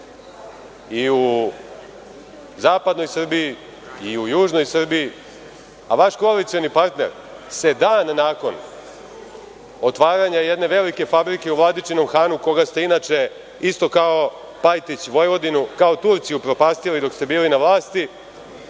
i u zapadnoj Srbiji, i u južnoj Srbiji, a vaš koalicioni partner se dan nakon otvaranja jedne velike fabrike u Vladičinom Hanu, koga ste inače kao Pajtić Vojvodinu, kao Turci upropastili dok ste bili na vlasti,